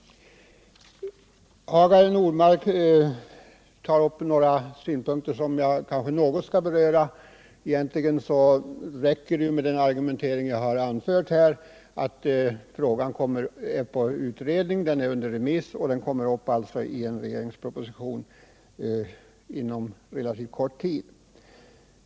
Hagar Normark har tagit upp några synpunkter som jag kanske något skall beröra — egentligen räcker det ju med den argumentering jag har anfört här, nämligen att frågan är under utredning, att ett utredningsförslag är ute på remiss och att det kommer en regeringspropoaition inom relativt kort tid.